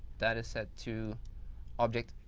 that is set to object.